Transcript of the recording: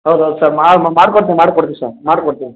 ಹೌದು ಹೌದು ಸರ್ ಮಾಡ್ಕೊಡ್ತೀನಿ ಮಾಡ್ಕೊಡ್ತೀನಿ ಸರ್ ಮಾಡಿಕೊಡ್ತೀನಿ